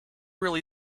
really